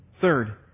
Third